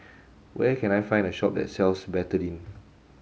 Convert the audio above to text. where can I find a shop that sells Betadine